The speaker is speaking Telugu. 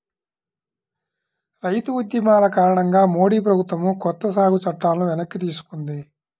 రైతు ఉద్యమాల కారణంగా మోడీ ప్రభుత్వం కొత్త సాగు చట్టాలను వెనక్కి తీసుకుంది